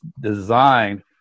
designed